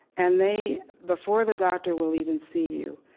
and they before the doctor will even see you,